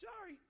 Sorry